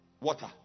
water